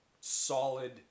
solid